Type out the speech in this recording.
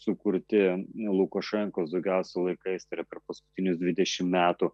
sukurti lukašenkos daugiausia laikais per paskutinius dvidešimt metų